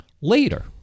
Later